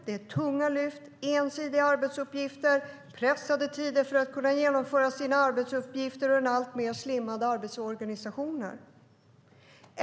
Det är tunga lyft, ensidiga arbetsuppgifter, pressade tider för att kunna genomföra sina arbetsuppgifter och en alltmer slimmad arbetsorganisation.